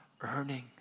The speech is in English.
earning